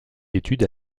études